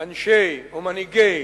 בעיני אנשי או מנהיגי